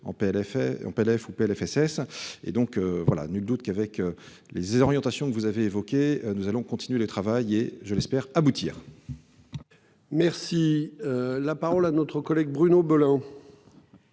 prélève ou PLFSS et donc voilà. Nul doute qu'avec les orientations que vous avez évoquées. Nous allons continuer le travail et je l'espère aboutir. Merci. La parole à notre collègue Bruno Belin.